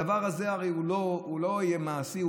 הרי הדבר הזה לא יהיה מעשי,